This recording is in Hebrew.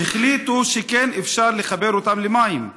החליטו שכן אפשר לחבר אותם למים.